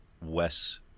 wes